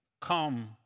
come